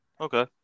okay